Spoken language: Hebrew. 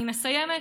אני מסיימת.